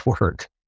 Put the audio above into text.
work